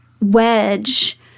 wedge